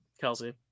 Kelsey